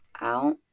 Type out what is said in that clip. out